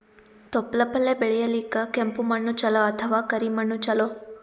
ತೊಪ್ಲಪಲ್ಯ ಬೆಳೆಯಲಿಕ ಕೆಂಪು ಮಣ್ಣು ಚಲೋ ಅಥವ ಕರಿ ಮಣ್ಣು ಚಲೋ?